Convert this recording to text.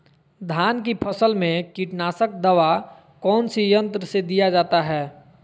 धान की फसल में कीटनाशक दवा कौन सी यंत्र से दिया जाता है?